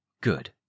Good